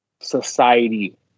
society